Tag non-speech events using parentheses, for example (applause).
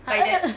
(coughs)